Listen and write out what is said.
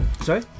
Sorry